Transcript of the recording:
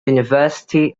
university